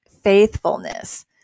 faithfulness